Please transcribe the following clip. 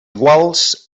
iguals